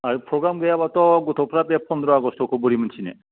आर programme गैयाबाथ' गथ'फ्रा बे फन्द्र' आगष्ट'खौ बोरै मिथिनो